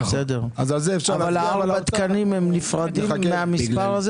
אבל ארבעת התקנים נפרדים מזה?